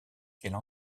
qu’elle